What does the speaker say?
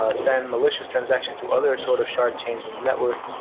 ah send malicious transactions to other sort of shard chains and network.